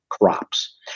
crops